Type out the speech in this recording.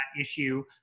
issue